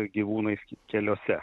gyvūnais keliuose